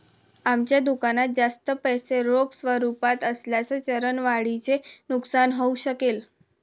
आमच्या दुकानात जास्त पैसे रोख स्वरूपात असल्यास चलन वाढीचे नुकसान होऊ शकेल